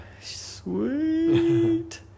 Sweet